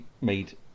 made